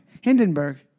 Hindenburg